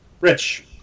Rich